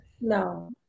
No